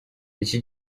iki